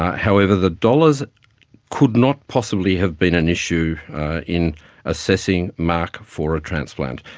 however, the dollars could not possibly have been an issue in assessing mark for a transplant.